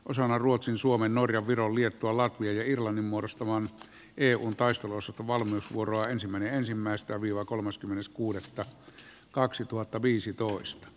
osana ruotsin suomen norja viro liettua latvia ja irlannin muodostamaan eun taistelussa valmennusvuoroa ensimmäinen ensimmäistä viulua erittäin hyvältä